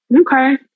Okay